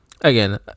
again